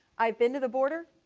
i've been to the border,